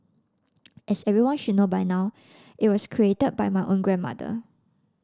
as everyone should know by now it was created by my own grandmother